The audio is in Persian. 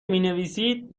مینویسید